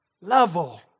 level